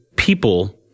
people